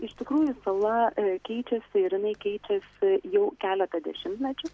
iš tikrųjų sala keičiasi ir jinai keičiasi jau keletą dešimtmečių